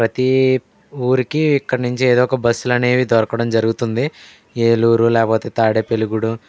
ప్రతి ఊరికి ఇక్కడ నుంచి ఏదో ఒక బస్సులనేవి దొరకడం జరుగుతుంది ఏలూరు లేపోతే తాడేపల్లిగూడెం